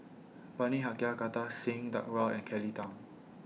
Bani Haykal Kartar Singh Thakral and Kelly Tang